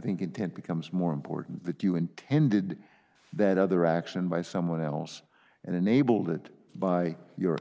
think intent becomes more important that you intended that other action by someone else and enabled it by your or